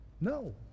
No